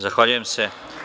Zahvaljujem se.